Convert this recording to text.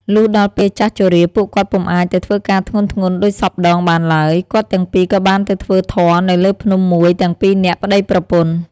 លុះដល់ពេលចាស់ជរា ពួកគាត់ពុំអាចទៅធ្វើការធ្ងន់ៗដូចសព្វដងបានឡើយ គាត់ទាំងពីរក៏បានទៅធ្វើធម៌នៅលើភ្នំមួយទាំងពីរនាក់ប្ដីប្រពន្ធ។។